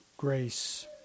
Grace